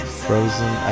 frozen